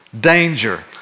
Danger